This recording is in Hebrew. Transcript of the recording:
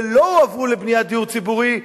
ולא הועברו לבניית דיור ציבורי,